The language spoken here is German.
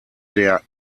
der